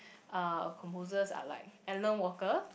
uh composers are like Alan-Walker